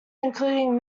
including